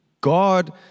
God